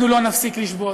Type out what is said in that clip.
אנחנו לא נפסיק לשבות.